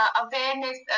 awareness